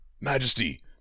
Majesty